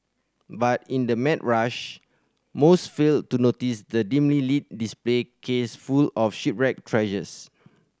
but in the mad rush most fail to notice the dimly display case full of shipwreck treasures